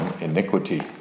iniquity